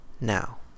now